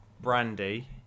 brandy